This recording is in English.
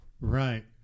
Right